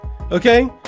Okay